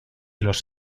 los